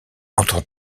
entends